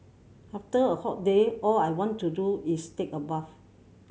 after a hot day all I want to do is take a bath